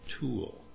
tool